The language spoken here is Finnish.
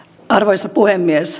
arvoisa puhemies